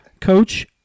Coach